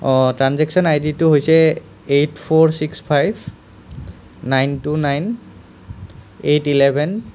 অঁ ট্ৰাঞ্জেকশ্য়ন আইডিটো হৈছে eight four six five nine two nine eight eleven